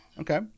Okay